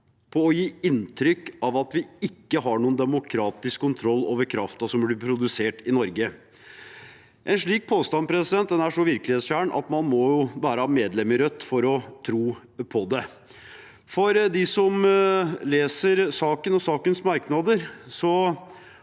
på å gi inntrykk av at vi ikke har noen demokratisk kontroll over kraften som blir produsert i Norge. En slik påstand er så virkelighetsfjern at man må være medlem i Rødt for å tro på den. For dem som leser saken og sakens merknader,